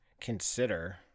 consider